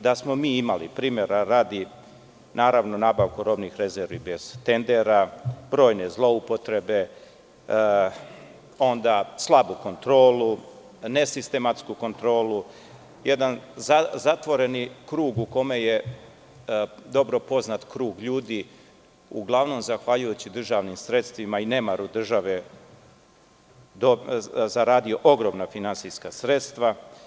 da smo mi imali, primera radi, naravno nabavku robnih rezervi bez tendera, brojne zloupotrebe, slabu kontrolu, nesistematsku kontrolu, jedan zatvoreni krug u kome je dobro poznat krug ljudi, uglavnom zahvaljujući državnim sredstvima i nemaru države, zaradio ogromna finansijska sredstva.